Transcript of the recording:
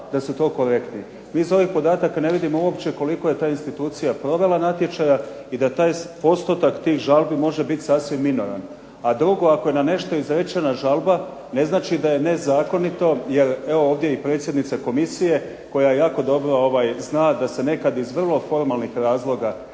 da su korektni. Mi iz ovih podataka ne vidimo uopće koliko je ta institucija provela natječaja i da taj postotak tih žalbi može biti sasvim minoran. A drugo, ako je na nešto izrečena žalba ne znači da je nezakonito, jer evo ovdje i predsjednica komisije koja jako dobro zna da se nekada iz vrlo formalnih razloga